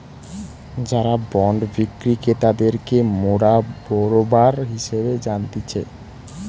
যারা বন্ড বিক্রি ক্রেতাদেরকে মোরা বেরোবার হিসেবে জানতিছে